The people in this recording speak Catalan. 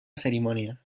cerimònia